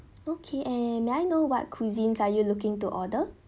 okay and may I know what cuisines are you looking to order